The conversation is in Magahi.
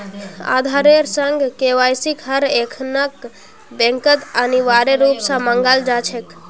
आधारेर संग केवाईसिक हर एकखन बैंकत अनिवार्य रूप स मांगाल जा छेक